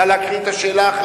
נא להקריא את השאלה,